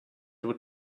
would